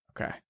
Okay